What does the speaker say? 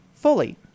fully